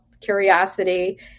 curiosity